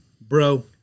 bro